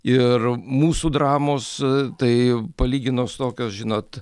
ir mūsų dramos tai palyginus tokios žinot